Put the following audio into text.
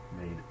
made